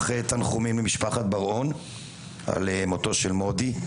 תנחומים למשפחת בר-און על מותו של מודי.